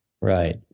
right